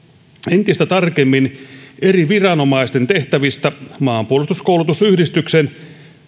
entistä tarkemmin eri viranomaisten tehtävistä maanpuolustuskoulutusyhdistyksen